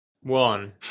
one